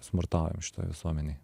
smurtaujam šitoj visuomenėj